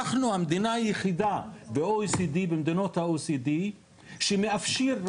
אנחנו המדינה היחידה במדינות ה-OECD שמאפשרות